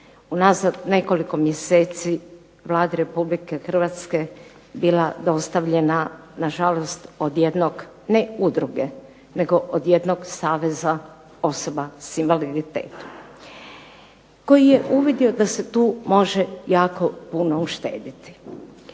unazad nekoliko mjeseci Vladi RH bila dostavljena nažalost od jednog ne udruge, nego od jednog saveza osoba s invaliditetom. Koji je uvidio da se tu može jako puno uštediti.